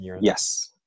yes